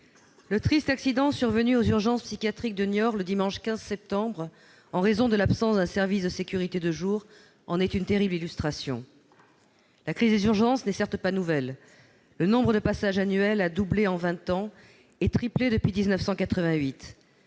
Le triste accident survenu aux urgences psychiatriques de Niort le dimanche 15 septembre, en raison de l'absence d'un service de sécurité de jour, en est une terrible illustration. La crise des urgences n'est certes pas nouvelle. Le nombre de passages annuels a doublé en vingt ans et triplé depuis 1988.